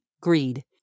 greed